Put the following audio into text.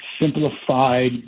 simplified